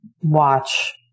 watch